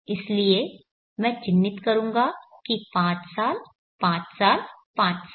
इसलिए मैं चिह्नित करूंगा कि पांच साल पांच साल पांच साल